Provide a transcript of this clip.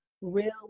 real